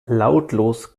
lautlos